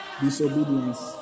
disobedience